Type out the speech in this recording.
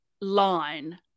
line